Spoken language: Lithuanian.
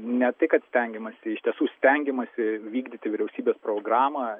ne tai kad stengiamasi iš tiesų stengiamasi vykdyti vyriausybės programą